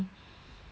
then they